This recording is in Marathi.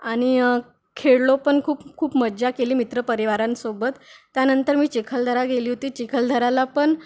आणि खेळलो पण खूप खूप मजा केली मित्रपरिवारांसोबत त्यानंतर मी चिखलदरा गेली होती चिखलदराला पण